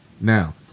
Now